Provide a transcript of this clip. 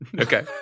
okay